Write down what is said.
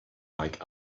like